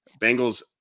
Bengals